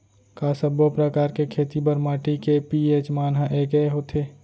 का सब्बो प्रकार के खेती बर माटी के पी.एच मान ह एकै होथे?